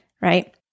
right